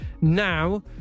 now